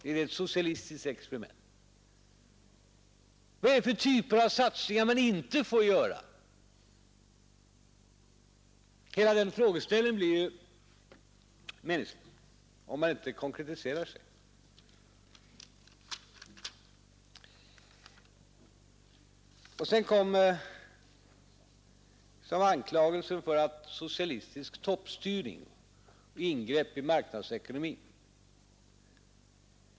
Är det ett socialistiskt experiment? Vad är det för typer av satsningar man inte får göra? Hela den frågeställningen blir meningslös, om man inte konkretiserar. Sedan kommer anklagelsen för socialistisk toppstyrning, ingrepp i marknadsekonomin.